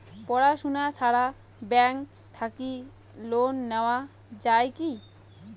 পড়াশুনা ছাড়া ব্যাংক থাকি লোন নেওয়া যায় কি?